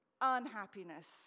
unhappiness